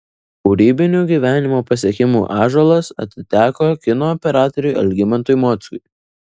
kūrybinių gyvenimo pasiekimų ąžuolas atiteko kino operatoriui algimantui mockui